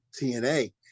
TNA